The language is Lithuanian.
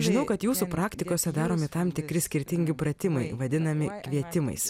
žinau kad jūsų praktikose daromi tam tikri skirtingi pratimai vadinami kvietimais